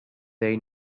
they